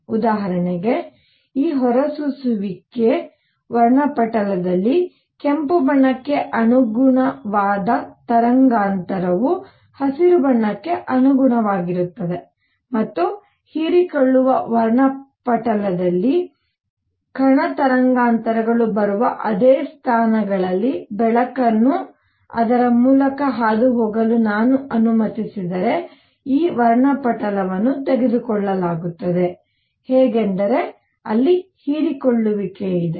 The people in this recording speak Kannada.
ಉದಾಹರಣೆಗೆ ಈ ಹೊರಸೂಸುವಿಕೆ ವರ್ಣಪಟಲದಲ್ಲಿ ಕೆಂಪು ಬಣ್ಣಕ್ಕೆ ಅನುಗುಣವಾದ ತರಂಗಾಂತರವು ಹಸಿರು ಬಣ್ಣಕ್ಕೆ ಅನುಗುಣವಾಗಿರುತ್ತದೆ ಮತ್ತು ಹೀರಿಕೊಳ್ಳುವ ವರ್ಣಪಟಲದಲ್ಲಿ ಕಣ ತರಂಗಾಂತರಗಳು ಬರುವ ಅದೇ ಸ್ಥಾನಗಳಲ್ಲಿ ಬೆಳಕನ್ನು ಅದರ ಮೂಲಕ ಹಾದುಹೋಗಲು ನಾನು ಅನುಮತಿಸಿದರೆ ಈ ವರ್ಣಪಟಲವನ್ನು ತೆಗೆದುಕೊಳ್ಳಲಾಗುತ್ತದೆ ಹೇಗೆಂದರೆ ಅಲ್ಲಿ ಹೀರಿಕೊಳ್ಳುವಿಕೆ ಇದೆ